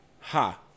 Ha